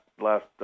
last